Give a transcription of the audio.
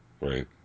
Right